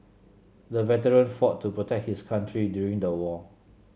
the veteran fought to protect his country during the war